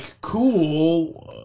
cool